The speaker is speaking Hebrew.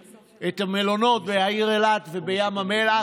המלונות בעיר אילת ובים המלח,